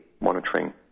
monitoring